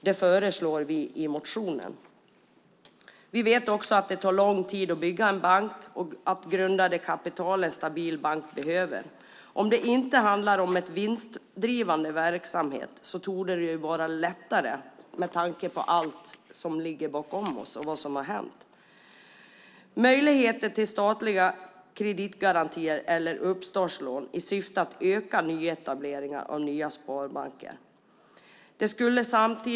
Detta föreslår vi i motionen. Vi vet också att det tar lång tid att bygga en bank och att grunda det kapital en stabil bank behöver. Om det inte handlar om en vinstdrivande verksamhet torde det vara lättare, med tanke på allt som ligger bakom oss och vad som har hänt. Därför kan det behövas möjligheter till statliga kreditgarantier eller uppstartslån i syfte att öka nyetableringen av nya sparbanker.